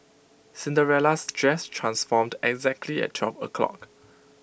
Cinderella's dress transformed exactly at twelve o'clock